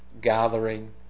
gathering